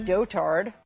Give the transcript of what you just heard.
Dotard